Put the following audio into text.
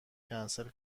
کنسل